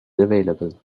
available